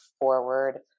forward